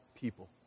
people